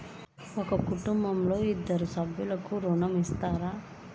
ఒక కుటుంబంలో ఇద్దరు సభ్యులకు ఋణం ఇస్తారా?